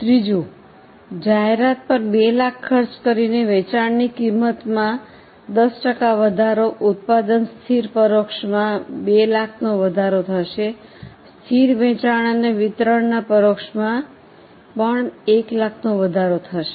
ત્રીજું જાહેરાત પર 200000 ખર્ચ કરીને વેચાણની કિંમતમાં 10 ટકા વધારો ઉત્પાદન સ્થિર પરોક્ષમાં 200000 નો વધારો થશે સ્થિર વેચાણ અને વિતરણના પરોક્ષમાં પણ 100000 નો વધારો થશે